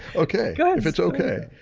okay, if it's okay.